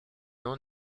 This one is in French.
non